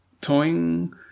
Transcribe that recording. towing